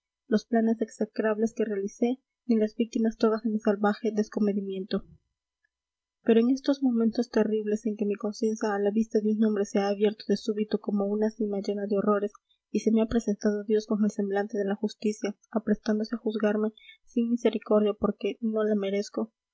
los planes execrables que realicé ni las víctimas todas de mi salvaje descomedimiento pero en estos momentos terribles en que mi conciencia a la vista de un hombre se ha abierto de súbito como una sima llena de horrores y se me ha presentado dios con el semblante de la justicia aprestándose a juzgarme sin misericordia porque no la merezco